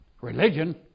Religion